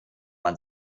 man